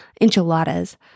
enchiladas